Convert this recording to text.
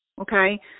okay